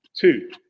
Two